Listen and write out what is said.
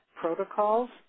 protocols